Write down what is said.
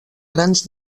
grans